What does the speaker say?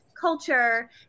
culture